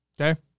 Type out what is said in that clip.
Okay